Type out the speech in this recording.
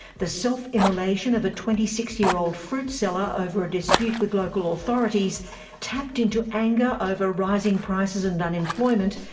the self-immolation of a twenty six year old fruit seller over a dispute with local authorities tapped into anger over rising prices and unemployment,